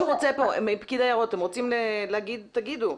פקיד היערות, אם אתם רוצים, תתייחסו.